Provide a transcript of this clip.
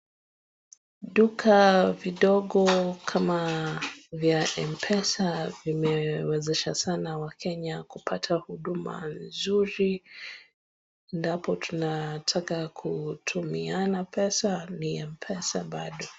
Duka vidogo kama vya M-Pesa vimewezesha sana Wakenya kupata huduma nzuri. Ndapo tunataka kutumiana pesa, ni M-Pesa bado.